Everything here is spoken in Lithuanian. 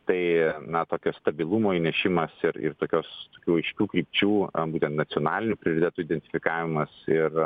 tai na tokio stabilumo įnešimas ir ir tokios jau aiškių krypčių būtent nacionalinių prioritetų identifikavimas ir